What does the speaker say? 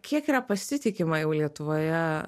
kiek yra pasitikima jau lietuvoje